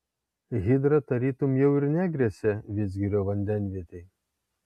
hidra tarytum jau ir negresia vidzgirio vandenvietei